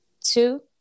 Two